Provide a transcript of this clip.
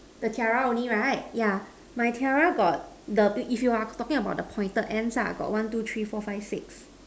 the tiara only right yeah my tiara got the if if you are talking about the pointed ends ah got one two three four five six